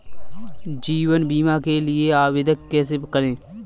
जीवन बीमा के लिए आवेदन कैसे करें?